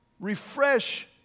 Refresh